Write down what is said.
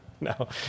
no